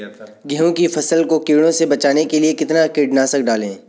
गेहूँ की फसल को कीड़ों से बचाने के लिए कितना कीटनाशक डालें?